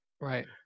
Right